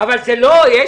אבל זה לא כספים פוליטיים.